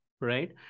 right